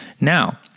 Now